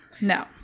no